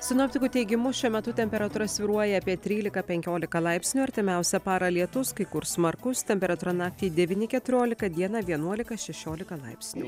sinoptikų teigimu šiuo metu temperatūra svyruoja apie trylika penkiolika laipsnių artimiausią parą lietus kai kur smarkus temperatūra naktį devyni keturiolika dieną vienuolika šešiolika laipsnių